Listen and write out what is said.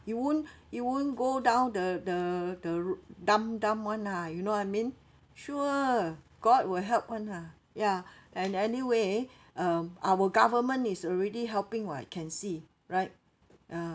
you won't you won't go down the the the r~ dumb dumb [one] lah you know what I mean sure god will help [one] lah ya and anyway um our government is already helping [what] you can see right ah